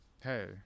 Hey